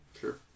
Sure